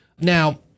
Now